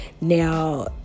Now